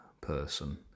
person